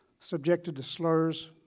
subjected to slurs,